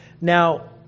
Now